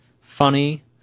funny